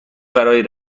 برای